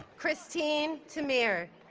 christine tamir